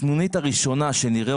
הסנונית הראשונה שנראה,